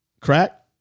crack